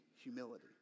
humility